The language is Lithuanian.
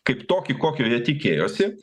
kaip tokį kokio jie tikėjosi